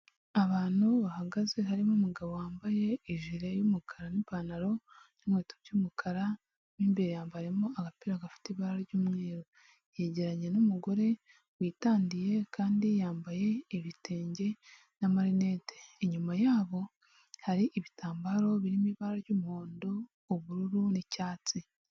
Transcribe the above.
Abantu bahagaze harimo umugabo wambaye ijire yumukara nipantaro n'inkweto by'umukara mwimbere yambaramo agapira gafite ibara ry'umweru yegeranye n'umugore witandiye kandi yambaye ibitenge n'amarinete, inyuma yabo hari ibitambaro birimo ibara ry'umuhondo, ubururu, n'icyatsi.